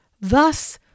Thus